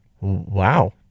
Wow